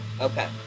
okay